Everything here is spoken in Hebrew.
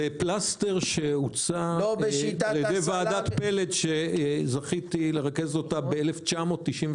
זה פלסטר שהוצע על-ידי ועדת פלד שזכיתי לרכז אותה ב-1997.